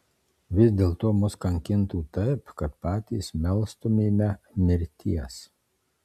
vis dėlto mus kankintų taip kad patys melstumėme mirties